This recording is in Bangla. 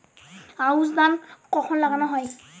আউশ ধান কখন লাগানো হয়?